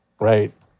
right